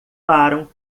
param